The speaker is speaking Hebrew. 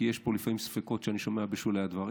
כי יש פה לפעמים ספקות שאני שומע בשולי הדברים,